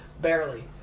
barely